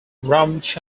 was